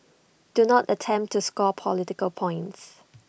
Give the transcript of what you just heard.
do not attempt to score political points